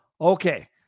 Okay